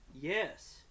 Yes